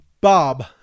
Bob